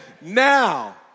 Now